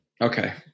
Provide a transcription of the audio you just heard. Okay